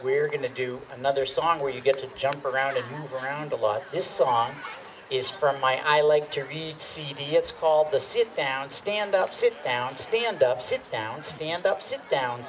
we're going to do another song where you get to jump around and around a lot this song is from my i like to read cd it's called the sit down stand up sit down stand ups and downs stand up sit down